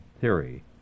Theory